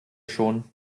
schon